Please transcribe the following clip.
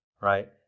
right